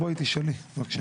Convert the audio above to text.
אשמח בבקשה